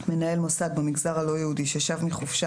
"(ב) מנהל מוסד במגזר הלא יהודי ששב מחופשה